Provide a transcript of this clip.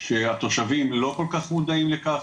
שהתושבים לא כל כך מודעים לכך,